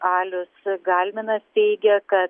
alius galminas teigė ka